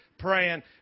praying